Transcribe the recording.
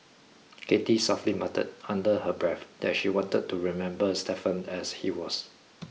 Cathy softly muttered under her breath that she wanted to remember Stephen as he was